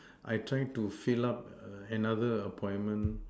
I try to fill up another appointment